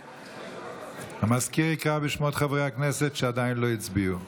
בעד המזכיר יקרא בשמות חברי הכנסת שעדיין לא הצביעו.